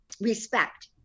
respect